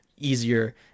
easier